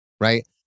right